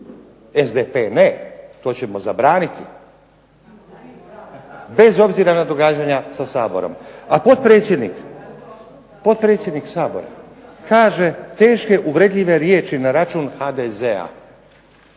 SDP ne, to ćemo zabraniti, bez obzira na događanja sa Saborom. A potpredsjednik, potpredsjednik Sabora kaže teške uvredljive riječi na račun HDZ-a